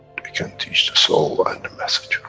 can teach the soul and the message.